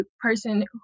person